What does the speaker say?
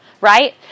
right